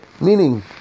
Meaning